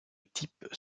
type